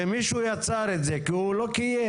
זה מישהו יצר את זה כי הוא לא קיים.